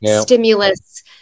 stimulus